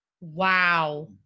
Wow